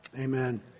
Amen